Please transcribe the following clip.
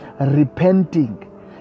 repenting